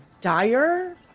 dire